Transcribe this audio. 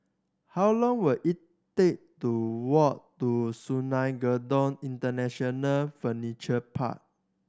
how long will it take to walk to Sungei Kadut International Furniture Park